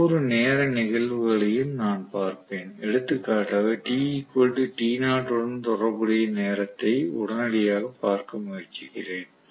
ஒவ்வொரு நேர நிகழ்வுகளையும் நான் பார்ப்பேன் எடுத்துக்காட்டாக t t0 உடன் தொடர்புடைய நேரத்தை உடனடியாகப் பார்க்க முயற்சிக்கிறேன்